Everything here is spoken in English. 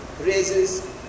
raises